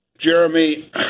Jeremy